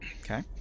Okay